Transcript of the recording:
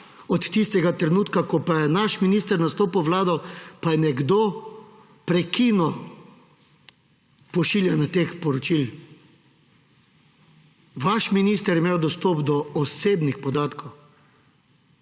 od tistega trenutka, ko pa je naš minister nastopil v vlado, pa je nekdo prekinil pošiljanje teh poročil. Vaš minister je imel dostop do osebnih podatkov,